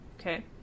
Okay